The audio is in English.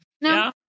No